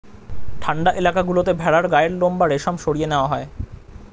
ঠান্ডা এলাকা গুলোতে ভেড়ার গায়ের লোম বা রেশম সরিয়ে নেওয়া হয়